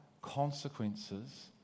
consequences